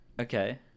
Okay